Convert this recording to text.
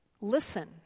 Listen